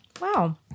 Wow